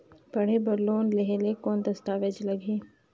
पढ़े बर लोन लहे ले कौन दस्तावेज लगही?